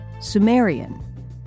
Sumerian